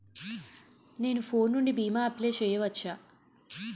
నేను ఫోన్ నుండి భీమా అప్లయ్ చేయవచ్చా?